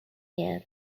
year